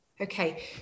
Okay